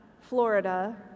Florida